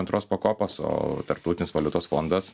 antros pakopos o tarptautinis valiutos fondas